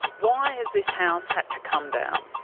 why has this house had to come down?